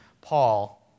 Paul